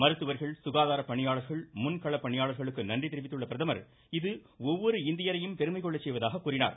மருத்துவர்கள் சுகாதாரப் பணியாளர்கள் முன்கள பணியாளர்களுக்கு நன்றி தெரிவித்துள்ள பிரதமர் இது ஒவ்வொரு இந்தியரையும் பெருமைகொள்ள செய்வதாக கூறினார்